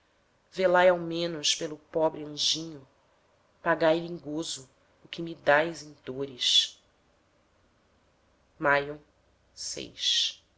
ninho velai ao menos pelo pobre anjinho pagai lhe em gozo o que me dais em dores maio jus